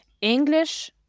English